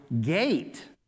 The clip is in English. gate